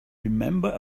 remember